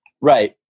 right